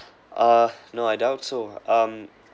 uh no I doubt so um